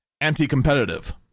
anti-competitive